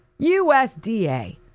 USDA